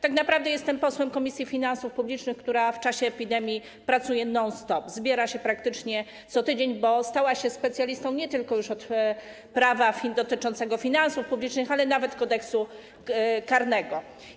Tak naprawdę jestem posłem Komisji Finansów Publicznych, która w czasie epidemii pracuje non stop, zbiera się praktycznie co tydzień, bo stała się specjalistą już nie tylko od prawa dotyczącego finansów publicznych, ale również nawet od Kodeksu karnego.